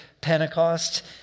Pentecost